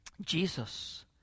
Jesus